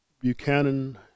buchanan